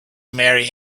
marry